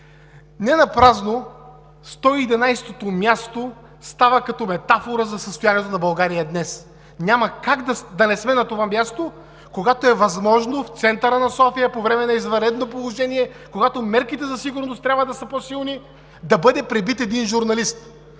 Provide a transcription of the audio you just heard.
Ненапразно 111-тото място става като метафора за състоянието на България днес. Няма как да не сме на това място, когато е възможно в центъра на София по време на извънредно положение, когато мерките за сигурност трябва да са по силни, да бъде пребит един журналист!